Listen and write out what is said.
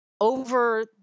over